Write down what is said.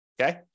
okay